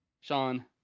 Sean